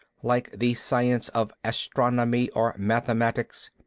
like the science of astronomy, or mathematics.